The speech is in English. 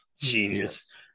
genius